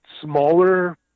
smaller